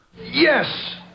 Yes